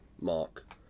mark